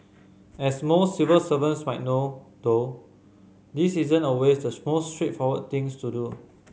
as most civil servants might know though this isn't always the most straightforward of things to do